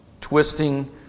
twisting